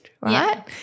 right